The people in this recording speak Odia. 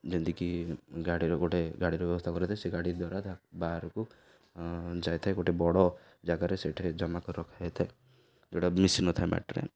ଯେମିତିକି ଗାଡ଼ିର ଗୋଟେ ଗାଡ଼ିର ବ୍ୟବସ୍ଥା କରା ଯାଇଥାଏ ସେ ଗାଡ଼ି ଦ୍ୱାରା ବାହାରକୁ ଯାଇଥାଏ ଗୋଟେ ବଡ଼ ଜାଗାରେ ସେଠି ଜମା କରି ରଖା ଯାଇଥାଏ ଯେଉଁଟାକି ମିଶିନଥାଏ ମାଟିରେ